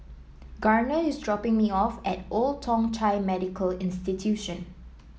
Garner is dropping me off at Old Thong Chai Medical Institution